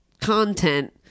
content